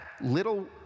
little